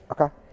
Okay